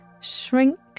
shrink